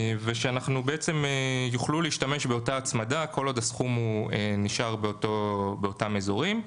אנחנו בעצם נוכל להשתמש באותה הצמדה כל עוד הסכום נשאר באותם אזורים.